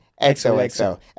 XOXO